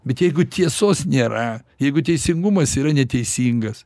bet jeigu tiesos nėra jeigu teisingumas yra neteisingas